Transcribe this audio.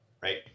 Right